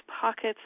pockets